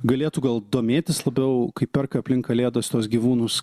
galėtų gal domėtis labiau kai perka aplink kalėdas tuos gyvūnus